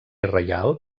reial